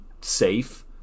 safe